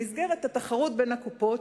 במסגרת התחרות בין הקופות,